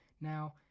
Now